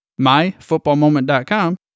myfootballmoment.com